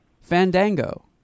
Fandango